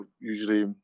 usually